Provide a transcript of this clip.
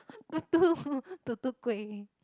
tutu tutu-kueh